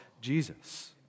Jesus